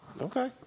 Okay